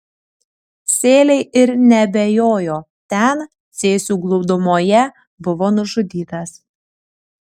sėliai ir neabejojo ten cėsių glūdumoje buvo nužudytas